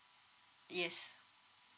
yes